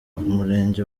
umurenge